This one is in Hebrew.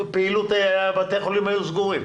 פעילות, בתי-החולים היו סגורים.